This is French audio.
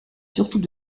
surtout